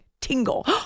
tingle